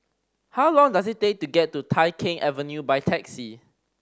how long does it take to get to Tai Keng Avenue by taxi